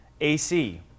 AC